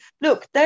look